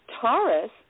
Taurus